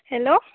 hello